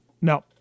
no